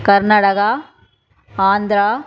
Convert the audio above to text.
Karnataka Andhra